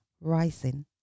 rising